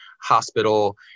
hospital